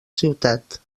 ciutat